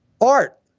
art